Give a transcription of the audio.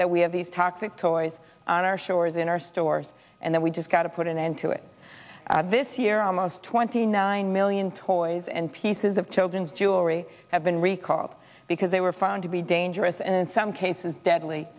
that we have these toxic toys on our shores in our stores and then we just got to put an end to it this year almost twenty nine million toys and pieces of children's jewelry have been recalled because they were found to be dangerous and in some cases deadly